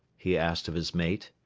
he asked of his mate.